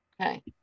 Okay